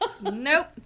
nope